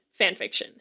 fanfiction